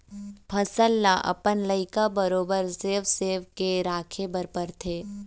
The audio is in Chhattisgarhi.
फसल ल अपन लइका बरोबर सेव सेव के राखे बर परथे